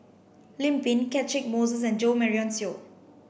Lim Pin Catchick Moses and Jo Marion Seow